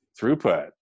throughput